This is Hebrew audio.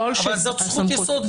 אבל זאת זכות יסוד.